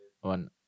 one